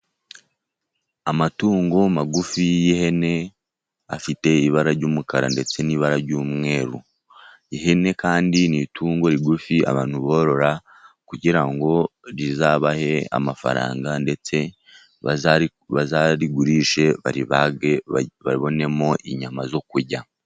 Amatungo magufi y'ihene, afite ibara ry'umukara ndetse n'ibara ry'umweru, ihene kandi n'itungo rigufi abantu borora, kugira ngo rizabahe amafaranga ndetse bazarigurishe, baribage babonemo inyama zo kurya.